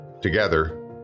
Together